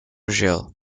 gelo